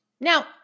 Now